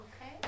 Okay